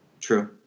true